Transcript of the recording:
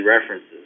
references